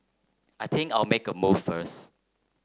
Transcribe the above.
I think I'll make a move first